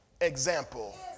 example